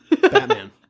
batman